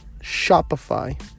shopify